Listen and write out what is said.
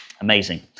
Amazing